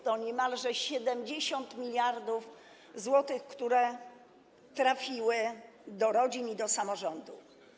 To niemalże 70 mld zł, które trafiły do rodzin i do samorządów.